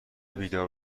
بیدار